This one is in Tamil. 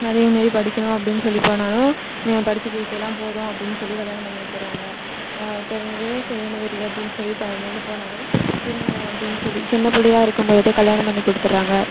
அதே மாரி படிக்கணும் அப்படின்னு சொல்லிப் போனாலும் நீங்கள் படித்து கிழிச்சதுலாம் போதும் அப்படின்னு சொல்லி கல்யாணம் பண்ணி வச்சுட்றாங்க இப்போ இவங்கவே கல்யாண அப்படினு சொல்லி இப்போ இங்கேருந்து போனாலும் திருமணம் அப்படினு சொல்லி சின்ன பிள்ளையா இருக்கும் பொழுது கல்யாணம் பண்ணி கொடுத்துட்றாங்க